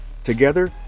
Together